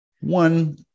one